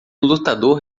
lutador